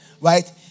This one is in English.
right